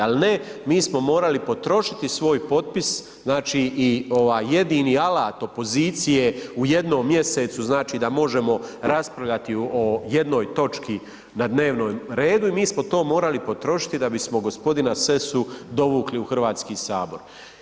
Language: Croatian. Ali ne, mi smo morali potrošiti svoj potpis, znači i jedini alat opozicije u jednom mjesecu znači da možemo raspravljati o jednoj točki na dnevnom redu i mi smo to morali potrošiti da bismo g. Sessu dovukli u Hrvatski sabor.